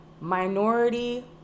minority